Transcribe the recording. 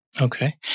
Okay